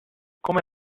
come